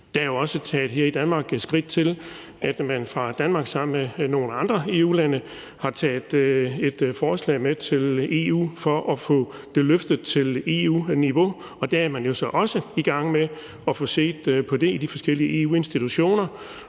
Der er jo også her i Danmark taget skridt til, at man fra dansk og også nogle andre EU-landes side har taget et forslag med til EU for at få det løftet til EU-niveau. Og der er man jo så også i gang med at få set på det i de forskellige EU-institutioner,